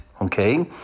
Okay